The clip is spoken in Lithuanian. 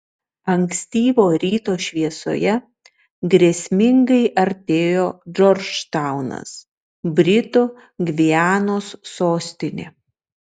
ankstyvo ryto šviesoje grėsmingai artėjo džordžtaunas britų gvianos sostinė